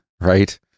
right